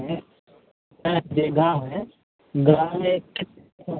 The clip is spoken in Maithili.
नहि सएह जे गाम हइ गाममे हँ